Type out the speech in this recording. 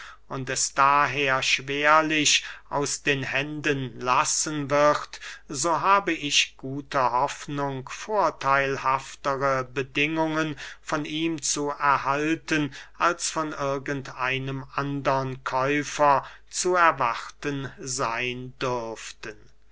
und es daher schwerlich aus den händen lassen wird so habe ich gute hoffnung vortheilhaftere bedingungen von ihm zu erhalten als von irgend einem andern käufer zu erwarten seyn dürften